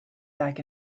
back